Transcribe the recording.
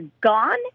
gone